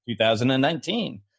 2019